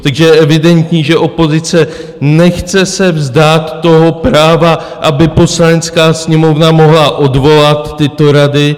Takže je evidentní, že se opozice nechce vzdát toho práva, aby Poslanecká sněmovna mohla odvolat tyto rady.